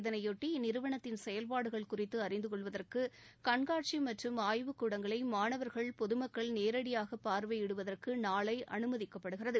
இதனையொட்டி இந்நிறுவனத்தின் செயல்பாடுகள் குறித்து அறிந்துகொள்வதற்கு கண்காட்சி மற்றும் ஆய்வுக் கூடங்களை மாணவர்கள் பொதுமக்கள் நேரடியாக பார்வையிடுவதற்கு நாளை அனுமதிக்கப்படுகிறது